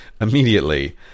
immediately